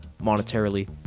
monetarily